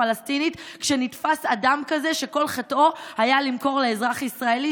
הפלסטינית כשנתפס אדם כזה שכל חטאו היה למכור לאזרח ישראלי,